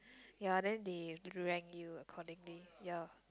ya then they rank you accordingly ya